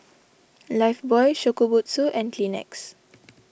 Lifebuoy Shokubutsu and Kleenex